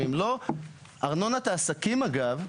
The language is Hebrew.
אגב,